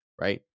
right